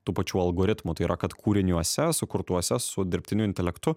tų pačių algoritmų tai yra kad kūriniuose sukurtuose su dirbtiniu intelektu